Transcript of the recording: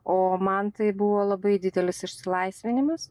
o man tai buvo labai didelis išsilaisvinimas